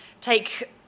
take